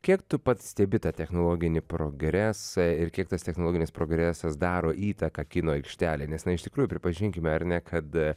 kiek tu pats stebi tą technologinį progresą ir kiek tas technologinis progresas daro įtaką kino aikštelėj nes na iš tikrųjų pripažinkime ar ne kad